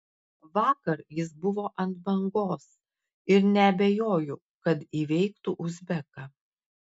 vakar jis buvo ant bangos ir neabejoju kad įveiktų uzbeką